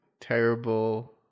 terrible